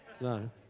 No